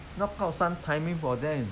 knock out some timing for them